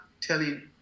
telling